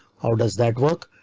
how does that work?